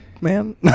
man